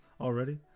already